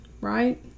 right